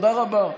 תודה רבה.